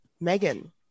Megan